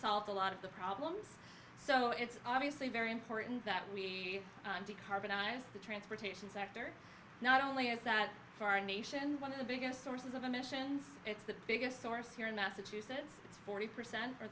solved a lot of the problems so it's obviously very important that we carbon i have the transportation sector not only is that for our nation one of the biggest sources of emissions it's the biggest source here in massachusetts it's forty percent or